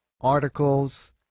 articles